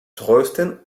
trösten